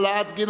העלאת גיל